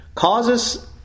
Causes